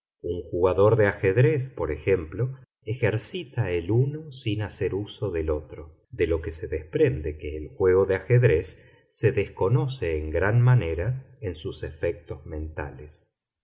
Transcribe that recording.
jugador de ajedrez por ejemplo ejercita el uno sin hacer uso del otro de lo que se desprende que el juego de ajedrez se desconoce en gran manera en sus efectos mentales